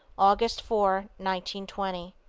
aug. four, one twenty.